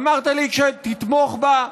אמרת לי שתתמוך בה,